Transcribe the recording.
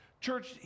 Church